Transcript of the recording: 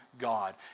God